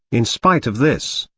in spite of this,